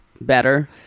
better